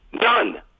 Done